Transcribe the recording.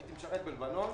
הייתי משרת בלבנון,